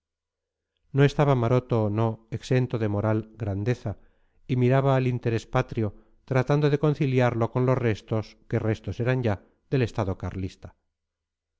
no estaba maroto no exento de moral grandeza y miraba al interés patrio tratando de conciliarlo con los restos que restos eran ya del estado carlista